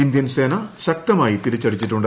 Indian സേന ശക്തമായി തിരിച്ചടിച്ചിട്ടുണ്ട്